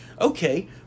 Okay